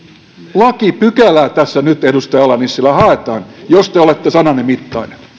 lakipykälää tässä nyt edustaja ala nissilä haetaan jos te olette sananne mittainen